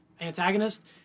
antagonist